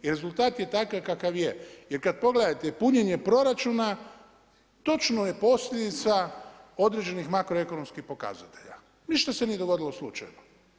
I rezultat je takav kakav je kada pogledate punjenje proračuna točno je posljedica određenih makroekonomskih pokazatelja, ništa se nije dogodilo slučajno.